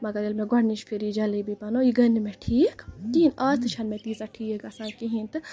مَگر ییٚلہِ مےٚ گۄڈٕنِچ پھِر یہِ جلیبی بَنٲو یہِ گے نہٕ مےٚ ٹھیٖک کِہینۍ آز تہِ چھےٚ نہٕ مےٚ تیٖژاہ ٹھیٖک گژھان کِہینۍ تہٕ